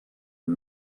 amb